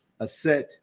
Aset